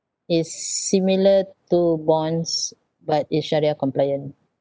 it's similar to bonds but it's shariah compliant